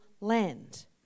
land